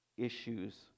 issues